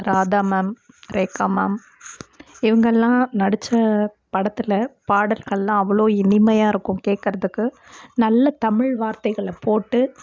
Radha ma'am Rekha ma'am இவங்கெல்லாம் நடித்த படத்தில் பாடல்கள்லாம் அவ்வளோ இனிமையாக இருக்கும் கேட்கறதுக்கு நல்ல தமிழ் வார்த்தைகளை போட்டு